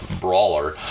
brawler